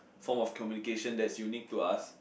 form of communication that is unique to us